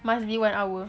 must be one hour